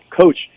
coach